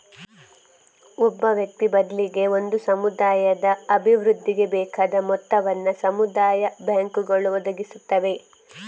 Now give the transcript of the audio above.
ಒಬ್ಬ ವ್ಯಕ್ತಿ ಬದ್ಲಿಗೆ ಒಂದು ಸಮುದಾಯದ ಅಭಿವೃದ್ಧಿಗೆ ಬೇಕಾದ ಮೊತ್ತವನ್ನ ಸಮುದಾಯ ಬ್ಯಾಂಕುಗಳು ಒದಗಿಸುತ್ತವೆ